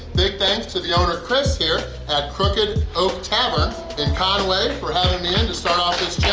big thanks to the owner chris here at crooked oak tavern in conway for having me in to start off this